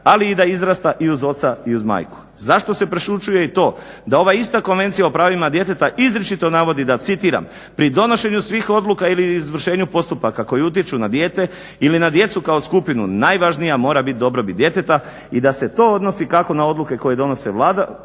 ali i da izrasta i uz oca i uz majku. Zašto se prešućuje i to da ova ista Konvencija o pravima djeteta izričito navodi, citiram: "Pri donošenju svih odluka ili izvršenju postupaka koji utječu na dijete ili na djecu kao skupinu najvažnija mora biti dobrobit djeteta i da se to odnosi kako na odluke koje donosi vladina